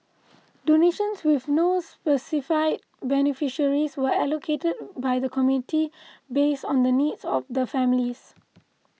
donations with no specified beneficiaries were allocated by the committee based on the needs of the families